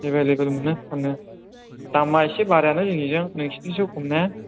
available मोनो फानो दामा एसे बारायानो जोंनिजों नोंसोरनिजों एसे खम ना